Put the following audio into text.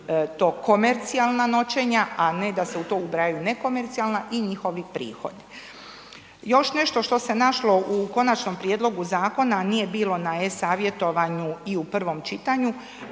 to komercijalna noćenja, a ne da se u to ubrajaju nekomercijalna i njihovi prihodi. Još nešto što se našlo u konačnom prijedlogu, a nije bilo na e-savjetovanju i u prvom čitanju,